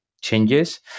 changes